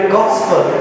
gospel